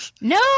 No